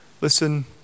Listen